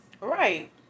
Right